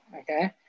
okay